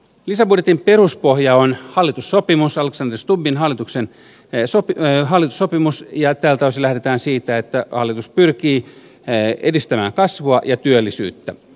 lisäbudjetin peruspohja on alexander stubbin hallituksen hallitussopimus ja tältä osin lähdetään siitä että hallitus pyrkii edistämään kasvua ja työllisyyttä